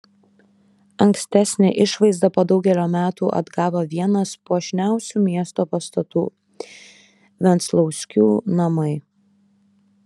ankstesnę išvaizdą po daugelio metų atgavo vienas puošniausių miesto pastatų venclauskių namai